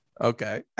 okay